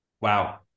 Wow